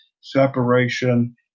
separation